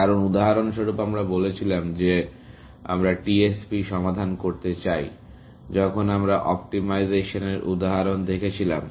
কারণ উদাহরণস্বরূপ আমরা বলেছিলাম যে আমরা টিএসপি সমাধান করতে চাই যখন আমরা অপ্টিমাইজেশনের উদাহরণ দেখছিলাম